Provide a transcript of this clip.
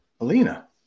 Alina